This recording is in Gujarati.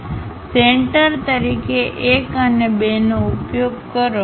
સેન્ટર તરીકે 1 અને 2 નો ઉપયોગ કરો